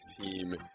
team